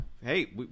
Hey